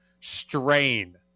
strain